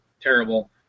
terrible